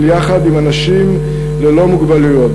יחד עם אנשים ללא מוגבלויות.